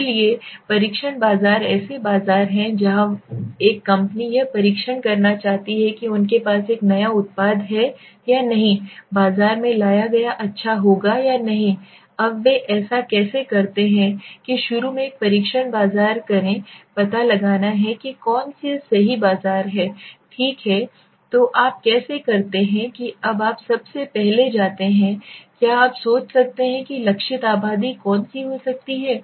इसलिए परीक्षण बाजार ऐसे बाजार हैं जहां एक कंपनी यह परीक्षण करना चाहती है कि उनके पास एक नया उत्पाद है या नहीं बाजार में लाया गया अच्छा होगा या नहीं अब वे ऐसा कैसे करते हैं कि शुरू में एक परीक्षण बाजार करें पता लगाना है कि कौन सा सही बाजार है ठीक है तो आप कैसे करते हैं कि अब आप सबसे पहले जाते हैं क्या आप सोच सकते हैं कि लक्षित आबादी कौन हो सकती है